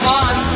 one